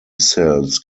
cells